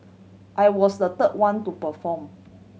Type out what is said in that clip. I was the third one to perform